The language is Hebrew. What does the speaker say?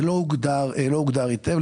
זה לא הוגדר היטב.